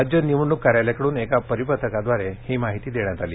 राज्य निवडणूक कार्यालयाकडून एका परिपत्रकाद्वारे ही माहिती देण्यात आली आहे